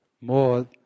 more